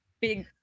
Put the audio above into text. Big